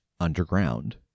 underground